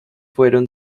fueron